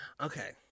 okay